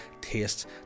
tastes